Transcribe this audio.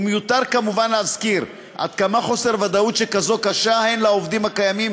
ומיותר כמובן להזכיר עד כמה חוסר ודאות שכזה קשה הן לעובדים הקיימים